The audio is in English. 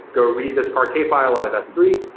go read this parquet file out of s three.